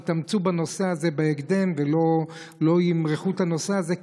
שיתאמצו בנושא הזה בהקדם ולא ימרחו את הנושא הזה,